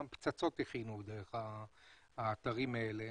גם פצצות הכינו דרך האתרים האלה.